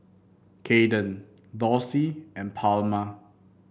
Kayden Dorsey and Palma